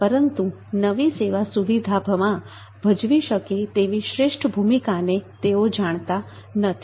પરંતુ નવી સેવા સુવિધામાં ભજવી શકે તેવી શ્રેષ્ઠ ભૂમિકાને તેઓ જાણતા નથી